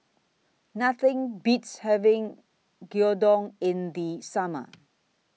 Nothing Beats having Gyudon in The Summer